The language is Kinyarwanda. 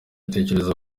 atekereza